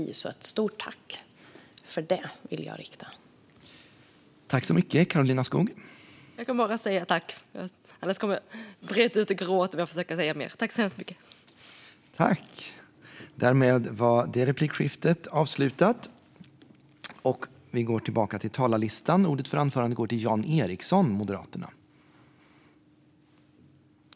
Jag vill rikta ett stort tack till Karolina för det.